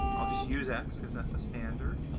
i'll just use x because that's the standard.